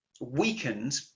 weakened